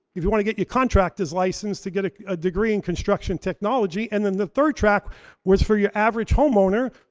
if you want to get your contractor's license, to get a ah degree in construction technology and then the third track was for your average homeowner.